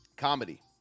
comedy